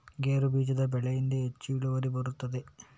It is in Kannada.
ಗೇರು ಬೀಜದ ಬೆಳೆಯಿಂದ ಹೆಚ್ಚು ಇಳುವರಿ ಬರುತ್ತದಾ?